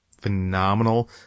phenomenal